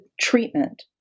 treatment